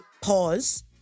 pause